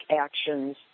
actions